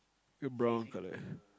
got brown colour